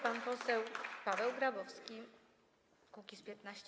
Pan poseł Paweł Grabowski, Kukiz’15.